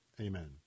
Amen